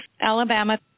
Alabama